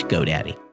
GoDaddy